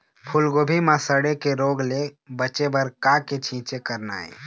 फूलगोभी म सड़े के रोग ले बचे बर का के छींचे करना ये?